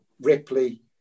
Ripley